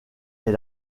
est